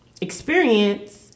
experience